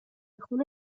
خون